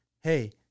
hey